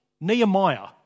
Nehemiah